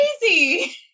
crazy